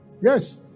Yes